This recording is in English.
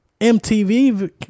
mtv